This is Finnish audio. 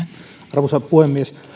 arvoisa puhemies